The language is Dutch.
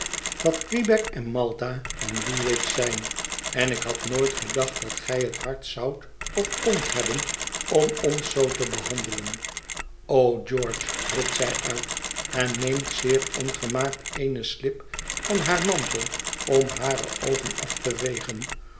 wat quebec en malta en woolwich zijn en ik had nooit gedacht dat gij het hart zoudt of kondt hebben om ons zoo te behandelen o george roept zij uit en neemt zeer ongemaakt eene slip van haar mantel om hare oogen af te vegen